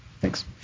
Thanks